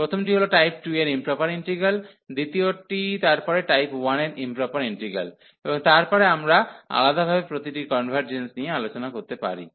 প্রথমটি হল টাইপ 2 এর ইম্প্রপার ইন্টিগ্রাল দ্বিতীয়টি তারপরে টাইপ 1 এর প্রপার ইন্টিগ্রাল এবং তারপরে আমরা আলাদাভাবে প্রতিটির কনভার্জেন্সস নিয়ে আলোচনা করতে পারি